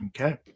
okay